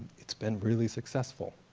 it's been really successful.